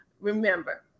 remember